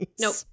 Nope